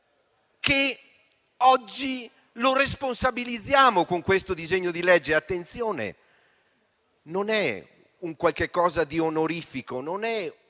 che oggi noi responsabilizziamo con questo disegno di legge. Attenzione: non è qualcosa di onorifico - ben